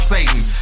Satan